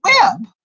web